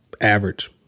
average